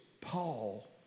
Paul